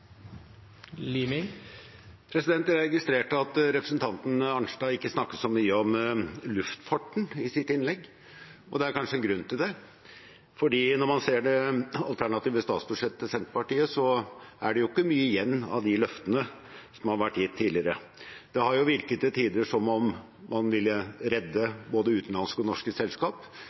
kanskje en grunn til det. For når man ser det alternative statsbudsjettet til Senterpartiet, er det ikke mye igjen av de løftene som har vært gitt tidligere. Det har jo virket til tider som om man ville redde både utenlandske og norske